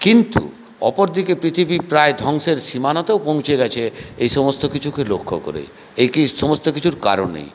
কিন্তু অপরদিকে পৃথিবী প্রায় ধ্বংসের সীমানাতেও পৌঁছে গেছে এই সমস্ত কিছুকে লক্ষ করে একে এই সমস্ত কিছুর কারণেই